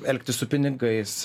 elgtis su pinigais